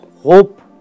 hope